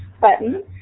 button